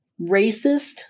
racist